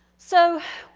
so,